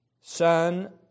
Son